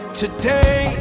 today